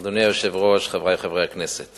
אם כן, רבותי, הצעת החוק תועבר להמשך הכנתה